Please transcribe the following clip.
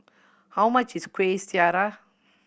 how much is Kueh Syara